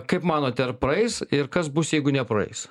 kaip manote ar praeis ir kas bus jeigu nepraeis